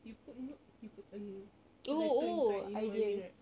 you put note you put a letter inside you know what I mean right